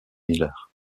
miller